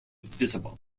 visible